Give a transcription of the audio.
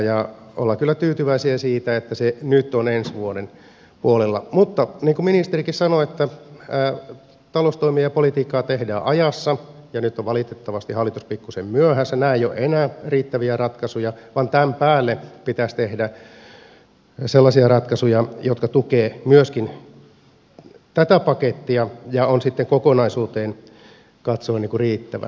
olemme kyllä tyytyväisiä siihen että se nyt on ensi vuoden puolella mutta niin kuin ministerikin sanoi että taloustoimia ja politiikkaa tehdään ajassa ja nyt on valitettavasti hallitus pikkuisen myöhässä nämä eivät ole enää riittäviä ratkaisuja vaan tämän päälle pitäisi tehdä sellaisia ratkaisuja jotka tukevat myöskin tätä pakettia ja ovat sitten kokonaisuuteen katsoen riittävät